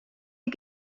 you